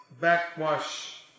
backwash